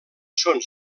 són